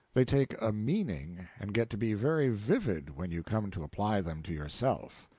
they take a meaning, and get to be very vivid, when you come to apply them to yourself.